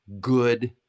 good